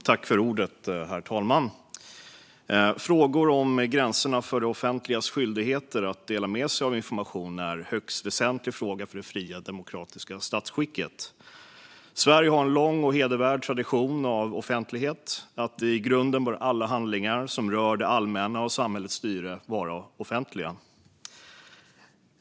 Herr talman! Frågor om gränserna för det offentligas skyldigheter att dela med sig av information är en högst väsentlig fråga för det fria demokratiska statsskicket. Sverige har en lång och hedervärd tradition av offentlighet - att i grunden bör alla handlingar som rör det allmänna och samhällets styre vara offentliga.